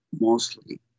mostly